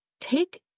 take